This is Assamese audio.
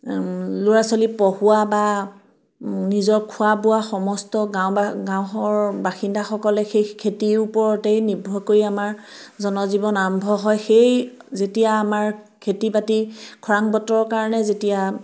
ল'ৰা ছোৱালী পঢ়োৱা বা নিজৰ খোৱা বোৱা সমস্ত গাঁও বা গাঁৱৰ বাসিন্দাসকলে সেই খেতিৰ ওপৰতেই নিৰ্ভৰ কৰি আমাৰ জনজীৱন আৰম্ভ হয় সেই যেতিয়া আমাৰ খেতি বাতি খৰাং বতৰৰ কাৰণে যেতিয়া